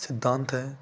सिद्धांत है